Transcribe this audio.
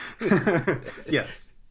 yes